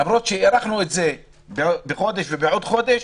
למרות שהארכנו את זה בחודש ובעוד חודש.